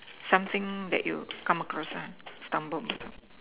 something that you come across ah stumbled